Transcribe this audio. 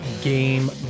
Game